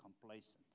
complacent